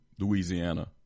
Louisiana